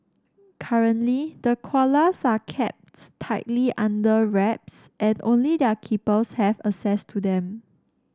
currently the koalas are kept tightly under wraps and only their keepers have access to them